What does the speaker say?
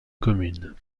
commune